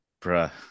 Bruh